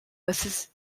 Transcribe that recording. ulysses